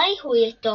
הארי הוא יתום